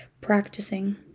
practicing